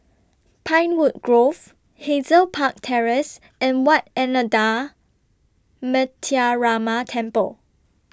Pinewood Grove Hazel Park Terrace and Wat Ananda Metyarama Temple